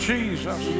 Jesus